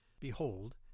Behold